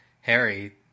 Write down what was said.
Harry